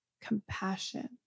Compassion